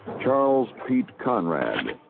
charles pete conrad,